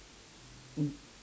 mm